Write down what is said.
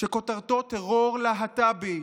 שכותרתו "טרור להט"בי,